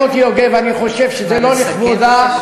חברי מוטי יוגב, אני חושב שזה לא לכבודה, נא לסכם.